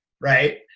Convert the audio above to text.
Right